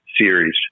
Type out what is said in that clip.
series